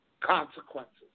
consequences